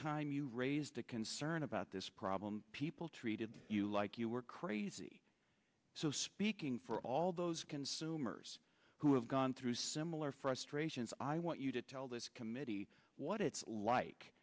time you raised a concern about this problem people treated you like you were crazy so speaking for all those consumers who have gone through similar frustrations i want you to tell this committee what it's like